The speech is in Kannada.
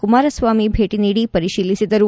ಕುಮಾರಸ್ವಾಮಿ ಭೇಟಿ ನೀಡಿ ಪರಿಶೀಲಿಸಿದರು